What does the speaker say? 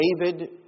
David